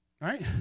right